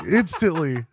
instantly